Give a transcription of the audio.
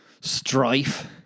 strife